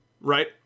right